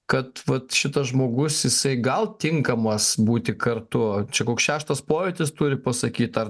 kad vat šitas žmogus jisai gal tinkamas būti kartu čia koks šeštas pojūtis turi pasakyt ar